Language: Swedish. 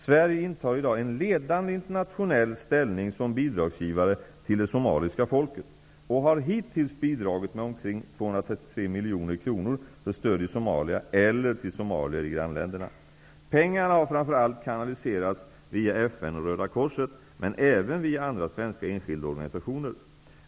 Sverige intar i dag en ledande internationell ställning som bidragsgivare till det somaliska folket, och har hittills bidragit med omkring 233 miljoner kronor för stöd i Somalia eller till somalier i grannländerna. Pengarna har framför allt kanaliserats via FN och Röda korset, men även via andra svenska enskilda organisationer.